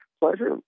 pleasure